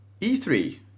e3